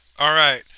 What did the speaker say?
alright.